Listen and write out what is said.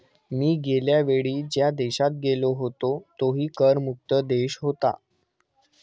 मी गेल्या वेळी ज्या देशात गेलो होतो तोही कर मुक्त देश होता